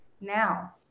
now